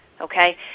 okay